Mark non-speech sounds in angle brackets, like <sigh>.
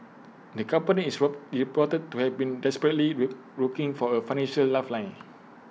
the company is <unintelligible> reported to have been desperately <unintelligible> looking for A financial lifeline